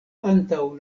antaŭ